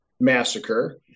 massacre